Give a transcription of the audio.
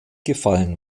gefallen